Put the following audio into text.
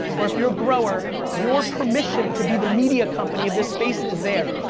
or if you're a grower, your permission to be the media company of this space is there.